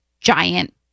giant